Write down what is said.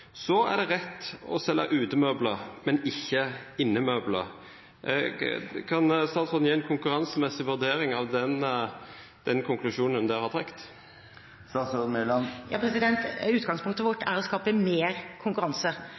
er det rett å selge utemøbler, men ikke innemøbler? Kan statsråden gi en konkurransemessig vurdering av den konklusjonen hun der har trukket? Utgangspunktet vårt er å skape mer konkurranse,